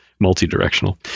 multi-directional